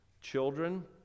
Children